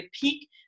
peak